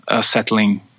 settling